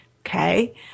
okay